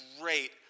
great